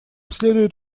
следует